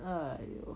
!aiyo!